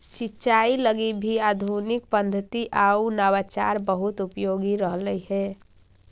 सिंचाई लगी भी आधुनिक पद्धति आउ नवाचार बहुत उपयोगी रहलई हे